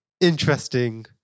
interesting